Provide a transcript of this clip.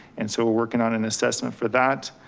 and so we're working on an assessment for that.